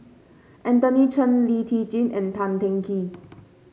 Anthony Chen Lee Tjin and Tan Teng Kee